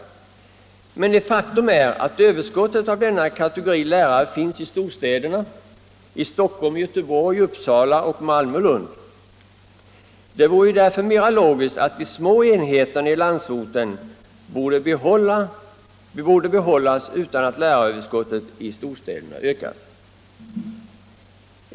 Och ett faktum är att överskottet av denna kategori lärare finns i de stora städerna —- i Stockholm, Göteborg, Uppsala och Malmö Lund. Det vore ju därför mera logiskt att de små enheterna i landsorten behölls utan att läraröverskottet i storstäderna ökar.